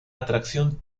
atracción